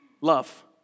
Love